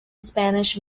spanish